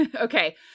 okay